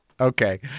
Okay